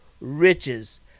riches